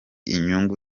inyungu